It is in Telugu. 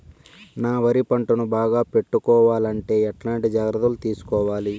నా వరి పంటను బాగా పెట్టుకోవాలంటే ఎట్లాంటి జాగ్రత్త లు తీసుకోవాలి?